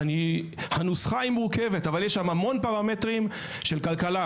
הנוסחה היא מורכבת ויש בה המון פרמטרים של כלכלה,